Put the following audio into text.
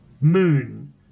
moon